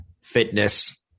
fitness